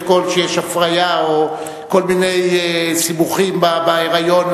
כשיש הפריה או כל מיני סיבוכים בהיריון,